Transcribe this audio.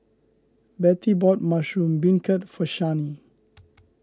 Betty bought Mushroom Beancurd for Shani